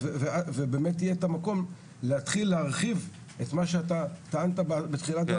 ובאמת יהיה את המקום להתחיל להרחיב את מה שאתה טענת בתחילת הדברים.